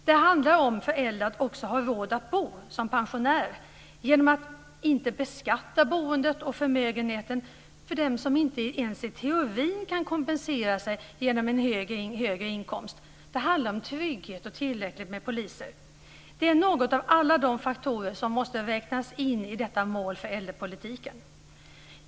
Det handlar om att äldre ska ha råd att bo genom att man inte beskattar boendet och förmögenheten för dem som inte ens i teorin kan kompensera sig genom en högre inkomst. Det handlar om trygghet och tillräckligt med poliser. Detta är några av alla de faktorer som måste räknas in i målen för äldrepolitiken.